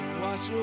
wash